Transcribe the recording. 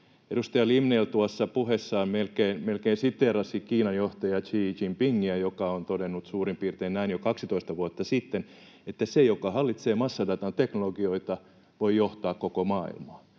Edustaja Limnell tuossa puheessaan melkein siteerasi Kiinan johtaja Xi Jinpingiä, joka on todennut suurin piirtein näin jo 12 vuotta sitten, että se, joka hallitsee massadatan teknologioita, voi johtaa koko maailmaa.